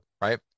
Right